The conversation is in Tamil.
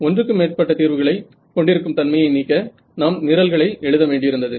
ஒன்றுக்கு மேற்பட்ட தீர்வுகளை கொண்டிருக்கும் தன்மையை நீக்க நாம் நிரல்களை எழுத வேண்டியிருந்தது